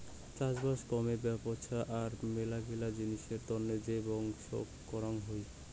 চাষবাস কামে ব্যপছা আর মেলাগিলা জিনিসের তন্ন যে বংশক করাং হই